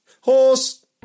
Horse